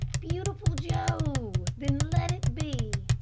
beautiful joe then let it be!